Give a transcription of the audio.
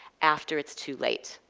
after it's too late.